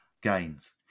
gains